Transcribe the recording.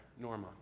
Norma